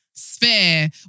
Sphere